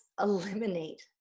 eliminate